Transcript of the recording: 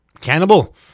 Cannibal